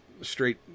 straight